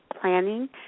planning